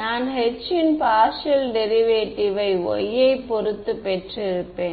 நான் H இன் partial derivative யை y ஐப் பொறுத்து பெற்று இருப்பேன்